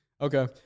Okay